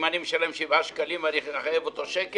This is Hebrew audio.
אם אני משלם 7 שקלים אני אחייב אותו בשקל?